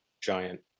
giant